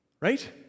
Right